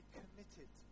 committed